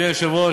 אדוני היושב-ראש,